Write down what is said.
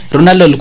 Ronaldo